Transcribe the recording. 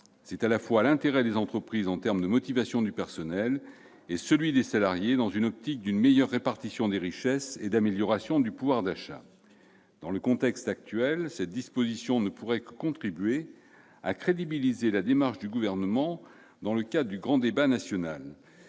C'est dans l'intérêt des entreprises, en termes de motivation du personnel, comme dans celui des salariés, dans l'optique d'une meilleure répartition des richesses et d'une amélioration du pouvoir d'achat. Dans le contexte actuel, cette disposition ne pourrait que contribuer à crédibiliser la démarche du Gouvernement dans le cadre du grand débat national.